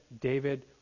David